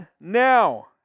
now